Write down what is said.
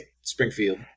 Springfield